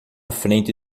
frente